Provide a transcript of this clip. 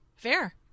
Fair